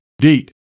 date